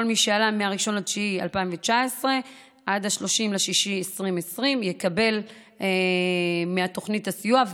כל מי שעלה מ-1 בספטמבר 2019 עד 30 ביוני 2020 יקבל מתוכנית הסיוע,